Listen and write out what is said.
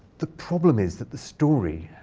the problem is that the story